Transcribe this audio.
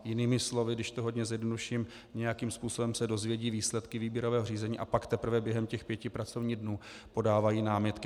Jinými slovy, když to hodně zjednoduším, nějakým způsobem se dozvědí výsledky výběrového řízení, a pak teprve během těch pěti pracovních dnů podávají námitky.